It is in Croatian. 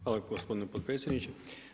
Hvala gospodine potpredsjedniče.